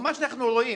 מה שאנחנו פה רואים